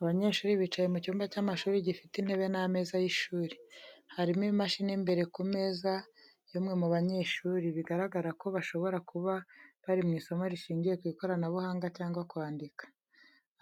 Abanyeshuri bicaye mu cyumba cy’amashuri gifite intebe n’ameza y’ishuri. Hariho imashini imbere ku meza y’umwe mu banyeshuri, biragaragara ko bashobora kuba bari mu isomo rishingiye ku ikoranabuhanga cyangwa kwandika.